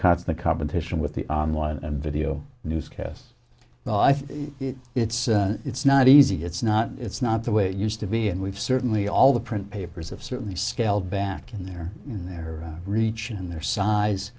cuts the competition with the online and video newscasts well i think it's it's not easy it's not it's not the way it used to be and we've certainly all the print papers of certainly scaled back in their in their reach and their size